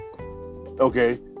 okay